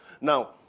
Now